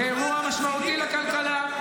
זה אירוע משמעותי לכלכלה,